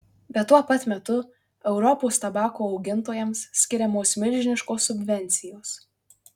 bet tuo pat metu europos tabako augintojams skiriamos milžiniškos subvencijos